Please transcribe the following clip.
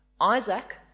Isaac